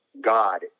God